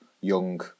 young